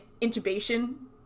intubation